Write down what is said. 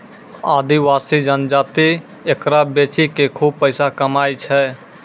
आदिवासी जनजाति एकरा बेची कॅ खूब पैसा कमाय छै